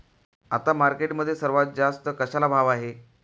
आता मार्केटमध्ये सर्वात जास्त कशाला भाव आहे?